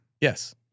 Yes